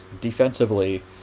defensively